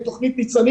את תוכנית "ניצנים",